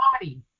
body